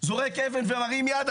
זורק אבן ומרים יד,